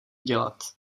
dělat